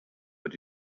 but